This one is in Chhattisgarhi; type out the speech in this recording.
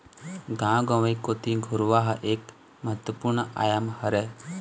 गाँव गंवई कोती घुरूवा ह एक महत्वपूर्न आयाम हरय